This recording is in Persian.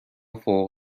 فوق